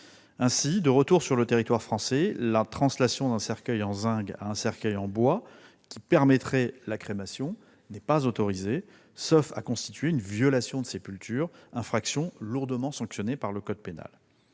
Ainsi, une fois sur le territoire français, la translation d'un cercueil en zinc à un cercueil en bois qui permettrait la crémation n'est pas autorisée, sauf à constituer une violation de sépulture, infraction lourdement sanctionnée par le code pénal.